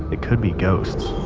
it could be ghosts